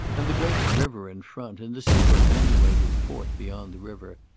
and the great river in front, and the superannuated fort beyond the river!